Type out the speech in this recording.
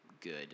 good